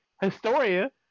Historia